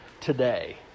today